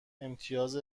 امتیاز